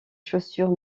chaussures